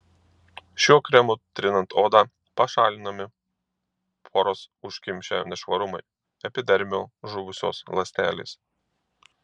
šiuo kremu trinant odą pašalinami poras užkimšę nešvarumai epidermio žuvusios ląstelės